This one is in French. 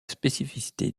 spécificité